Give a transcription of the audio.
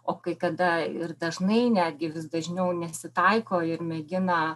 o kai kada ir dažnai netgi vis dažniau nesitaiko ir mėgina